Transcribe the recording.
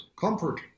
comfort